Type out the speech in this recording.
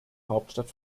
hauptstadt